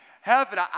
heaven